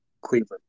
Cleveland